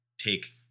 take